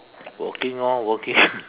working orh working